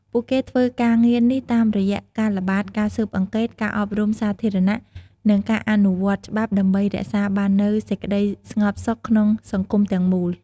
ពួកគេធ្វើការងារនេះតាមរយៈការល្បាត ការស៊ើបអង្កេត ការអប់រំសាធារណៈ និងការអនុវត្តច្បាប់ដើម្បីរក្សាបាននូវសេចក្ដីស្ងប់សុខក្នុងសង្គមទាំងមូល។